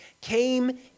came